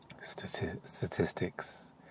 statistics